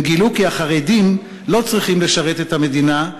הם גילו כי החרדים לא צריכים לשרת את המדינה,